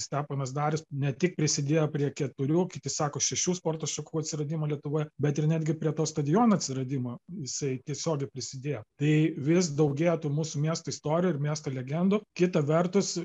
steponas darius ne tik prisidėjo prie keturių o kiti sako šešių sporto šakų atsiradimo lietuvoje bet ir netgi prie to stadiono atsiradimo jisai tiesiogiai prisidėjo tai vis daugėja tų mūsų miesto istorijų ir miesto legendų kita vertus